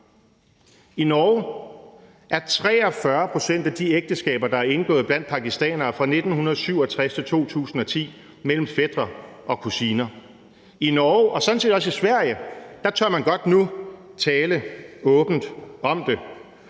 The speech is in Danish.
I Norge er 43 pct. af de ægteskaber, der er indgået blandt pakistanere fra 1967 til 2010, mellem fætre og kusiner. I Norge og sådan set også i Sverige tør man nu godt tale åbent om det.